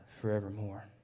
forevermore